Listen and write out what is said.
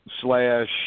slash